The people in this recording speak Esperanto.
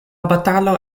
batalo